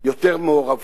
יותר מעורבות.